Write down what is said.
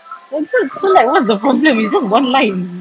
oh so so like what's the problem it's just one line